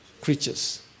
creatures